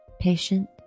patient